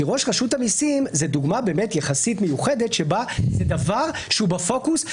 כי ראש רשות המיסים זו דוגמה יחסית מיוחדת שבה זה דבר שהוא בפוקוס.